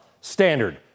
standard